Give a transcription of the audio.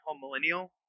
millennial